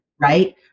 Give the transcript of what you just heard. right